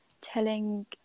telling